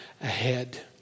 ahead